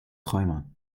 träumer